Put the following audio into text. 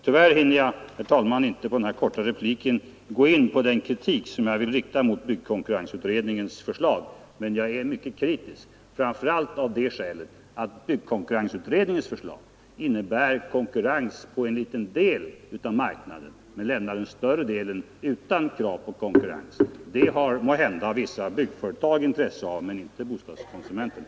Tyvärr hinner jag inte i denna korta replik gå in på den kritik som jag vill rikta mot byggkonkurrensutredningens förslag, men jag är kritisk, framför allt av det skälet att utredningens förslag innebär konkurrens bara på en liten del av marknaden men lämnar den större delen utan krav på konkurrens. Det har måhända vissa byggföretag intresse av men inte bostadskonsumenterna.